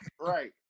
right